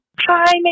Hi